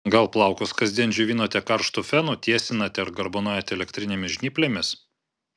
gal plaukus kasdien džiovinate karštu fenu tiesinate ar garbanojate elektrinėmis žnyplėmis